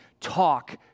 Talk